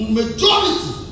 majority